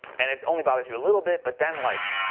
and it only bothers you a little bit, but then, like,